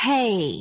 Hey